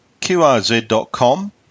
QRZ.com